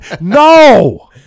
No